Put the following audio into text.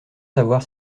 savoir